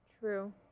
True